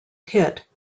hit